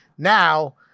Now